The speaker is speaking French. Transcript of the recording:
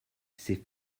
s’est